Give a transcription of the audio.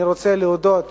אני רוצה להודות